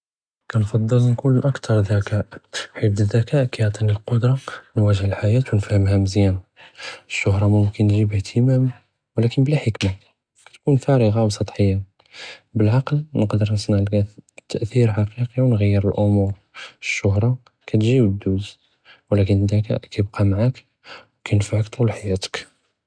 כנפצ׳ל נכּוּן אַכְּתַר דְּכַּאא חִית אֶלְדְּכַּאא כִּיְעְטִינִי לְקֻדְּרַה נְוַאגֶ׳ה לְחְיַאה וּנְפְהַמְהַא מְזִיַאן، אֶשְּשֻהְרַה מֻמְכִּן תְּגִ'יבּ אַהְתִמַאם וּלַכִּן בְּלַא חִכְמַה כַּתְכוּן פַארְעַה וּסְטַחִיַּה, בִּלְעַקֶל נְקְדֶּר נְצְנַע תַאתִ׳יר חַקִיקִי וּנְעַ׳יֶּר לְאֻמוּר, אֶשְּשֻהְרַה כַּתְגִ׳י וּתְּדוּז וּלַכִּן אֶלְדְּכַּאא כִּיְבְּקַא מַעַאק וּכִיְנְפַעֶכּ טוּול חְיַאתֶכּ.